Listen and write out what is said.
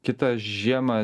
kitą žiemą